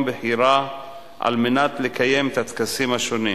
בחירה על מנת לקיים את הטקסים השונים.